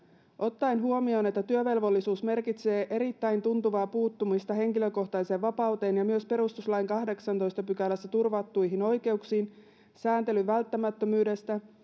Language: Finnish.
ottaen huomioon että työvelvollisuus merkitsee erittäin tuntuvaa puuttumista henkilökohtaiseen vapauteen ja myös perustuslain kahdeksannessatoista pykälässä turvattuihin oikeuksiin sääntelyn välttämättömyydestä